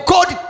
God